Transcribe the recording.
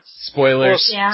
Spoilers